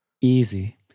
Easy